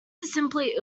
simply